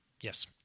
Yes